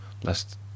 last